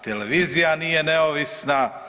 Televizija nije neovisna.